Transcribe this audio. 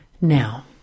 Now